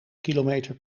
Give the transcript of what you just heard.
kilometer